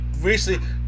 recently